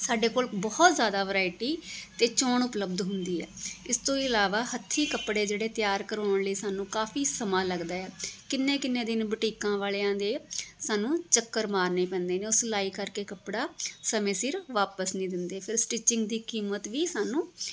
ਸਾਡੇ ਕੋਲ ਬਹੁਤ ਜ਼ਿਆਦਾ ਵਰਾਇਟੀ ਅਤੇ ਚੋਣ ਉਪਲੱਬਧ ਹੁੰਦੀ ਹੈ ਇਸ ਤੋਂ ਇਲਾਵਾ ਹੱਥੀਂ ਕੱਪੜੇ ਜਿਹੜੇ ਤਿਆਰ ਕਰਵਾਉਣ ਲਈ ਸਾਨੂੰ ਕਾਫ਼ੀ ਸਮਾਂ ਲੱਗਦਾ ਆ ਕਿੰਨੇ ਕਿੰਨੇ ਦਿਨ ਬੁਟੀਕਾਂ ਵਾਲਿਆਂ ਦੇ ਸਾਨੂੰ ਚੱਕਰ ਮਾਰਨੇ ਪੈਂਦੇ ਨੇ ਉਹ ਸਿਲਾਈ ਕਰਕੇ ਕੱਪੜਾ ਸਮੇਂ ਸਿਰ ਵਾਪਸ ਨਹੀਂ ਦਿੰਦੇ ਫਿਰ ਸਟਿਚਿੰਗ ਦੀ ਕੀਮਤ ਵੀ ਸਾਨੂੰ